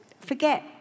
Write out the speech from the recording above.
forget